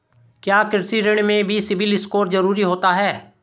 क्या कृषि ऋण में भी सिबिल स्कोर जरूरी होता है?